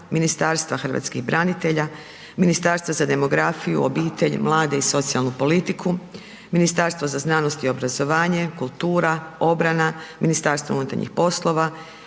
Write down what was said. Ministarstva hrvatskih branitelja, Ministarstva za demografiju, obitelj, mlade i socijalnu politiku, Ministarstva za znanost i obrazovanje, kultura, obrana, MUP, Javna ustanova